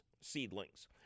seedlings